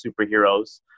superheroes